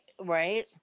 Right